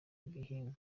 ibihingwa